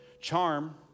Charm